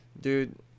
Dude